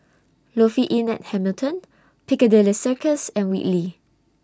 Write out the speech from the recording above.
Lofi Inn At Hamilton Piccadilly Circus and Whitley